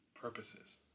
purposes